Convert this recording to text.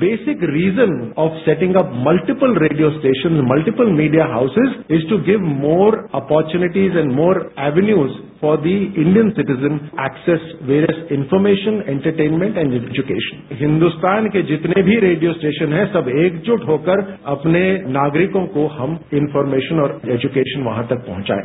basic reason of setting up multiple radio station multiple media houses is to give more opportunities and more avenues for the Indian citizen access various information entertainment and education Hindustan के जितने भी radio station हैं सब एकजुट होकर अपने नागरिकों को हम इनफॉरमेशन और एजुकेशन वहां तक पहुंचाएं